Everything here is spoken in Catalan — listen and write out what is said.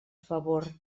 favor